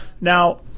Now